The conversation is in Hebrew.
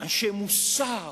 אנשי מוסר